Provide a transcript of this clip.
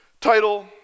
Title